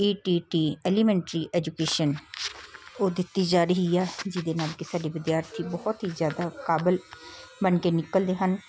ਈ T T elementary education ਉਹ ਦਿੱਤੀ ਜਾ ਰਹੀ ਆ ਜਿਹਦੇ ਨਾਲ ਕਿ ਸਾਡੀ ਵਿਦਿਆਰਥੀ ਬਹੁਤ ਹੀ ਜ਼ਿਆਦਾ ਕਾਬਲ ਬਣ ਕੇ ਨਿਕਲਦੇ ਹਨ